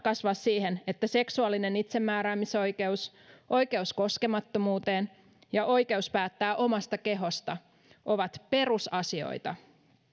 kasvaa siihen että seksuaalinen itsemääräämisoikeus oikeus koskemattomuuteen ja oikeus päättää omasta kehosta ovat perusasioita